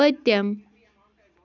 پٔتِم